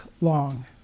long